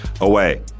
away